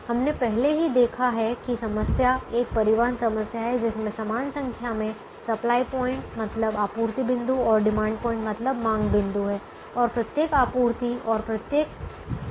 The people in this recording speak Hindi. हमने पहले ही देखा है कि समस्या एक परिवहन समस्या है जिसमें समान संख्या में सप्लाई प्वाइंट मतलब आपूर्ति बिंदु और डिमांड पॉइंट मतलब मांग बिंदु हैं और प्रत्येक आपूर्ति सप्लाई supply और प्रत्येक मांग डिमांड demand में एक इकाई होती है